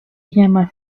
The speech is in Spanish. llama